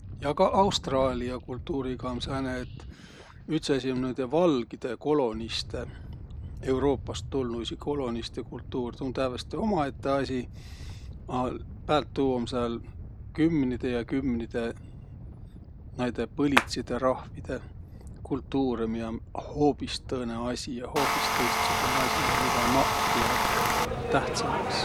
Ja ka Austraalia kultuuriga um sääne, et üts asi um noidõ valgidõ kolonistõ, Euruupast tulnuisi kolonistõ kultuur. Tuu um tävveste umaette asi. A päält tuu um sääl kümnide ja kümnide näide põlitsidõ rahvidõ kultuurõ, miä um hoobis tõõnõ asi, hoobis tõistsugunõ asi ja midä maq piä tähtsämbäs.